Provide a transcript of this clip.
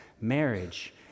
marriage